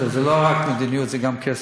זה לא רק מדיניות, זה גם כסף.